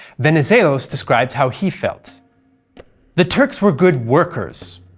venizelos described how he felt the turks were good workers,